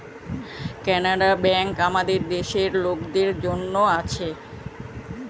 Canara bank আমাদের দেশের লোকদের জন্যে আছে